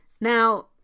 Now